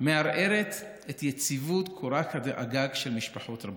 מערערת את יציבות קורת הגג של משפחות רבות.